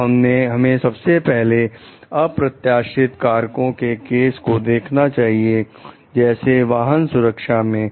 तो हमें सबसे पहले अप्रत्याशित कारकों के केस को देखना चाहिए जैसे वाहन सुरक्षा मे